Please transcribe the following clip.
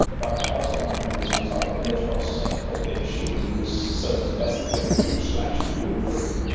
but you also want to do some sort of image processing for which you could use certain specific tools to actually do it for you.